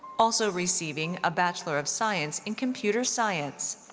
also receiving a bachelor of science in computer science.